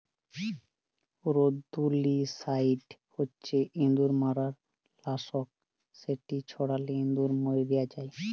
rodenticide হছে ইঁদুর মারার লাসক যেট ছড়ালে ইঁদুর মইরে যায়